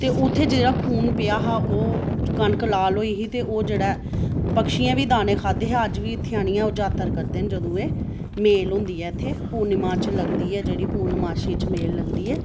ते उत्थें जेह्ड़ा खून पेआ हा ओह् ते कनक लाल होई ही ते ओह् जेह्ड़ा ऐ ते पक्षियें बी जेह्ड़े दाने खाद्धे न ओह् अज्ज बी जात्तर करदे न इत्थें आइयै मेल होंदी ऐ इत्थें पुर्णिमा च होंदी ऐ जेह्ड़ी पुर्णमाशी च लगदी ऐ इत्थें